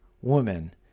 woman